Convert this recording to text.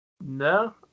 No